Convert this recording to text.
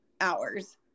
hours